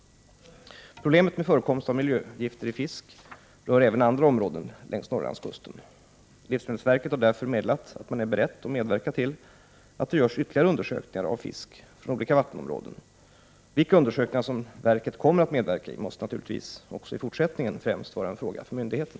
Problemet med förekomst av miljögifter i fisk rör även andra områden 9 längs Norrlandskusten. Livsmedelsverket har därför meddelat att man är beredd att medverka till att det görs ytterligare undersökningar av fisk från olika vattenområden. Vilka undersökningar livsmedelsverket kommer att medverka i måste naturligtvis även fortsättningsvis främst vara en fråga för myndigheten.